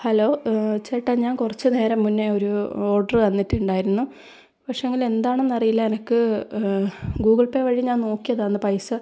hello ചേട്ടാ ഞാൻ കുറച്ച് നേരം മുന്നേ ഒരു ഓഡറ് തന്നിട്ടുണ്ടായിരുന്നു പക്ഷേ എങ്കില് എന്താണെന്നറിയില്ല എനക്ക് ഗൂഗിൾ പേ വഴി ഞാൻ നോക്കിയതാണ് പൈസ